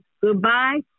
Goodbye